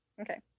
Okay